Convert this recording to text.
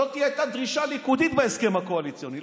זו הייתה דרישה ליכודית בהסכם הקואליציוני,